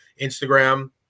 Instagram